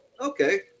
Okay